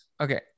Okay